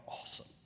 awesome